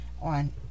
on